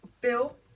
Bill